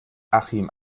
achim